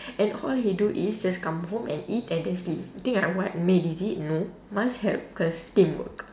and all he do is just come home and eat and then sleep he think I what maid is it no must help cause teamwork